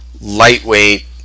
lightweight